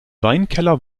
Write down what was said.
weinkeller